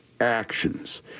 actions